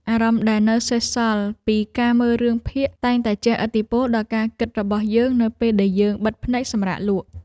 អារម្មណ៍ដែលនៅសេសសល់ពីការមើលរឿងភាគតែងតែជះឥទ្ធិពលដល់ការគិតរបស់យើងនៅពេលដែលយើងបិទភ្នែកសម្រាកលក់។